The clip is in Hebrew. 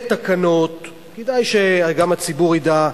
כדאי שגם הציבור ידע,